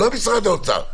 לא משרד האוצר.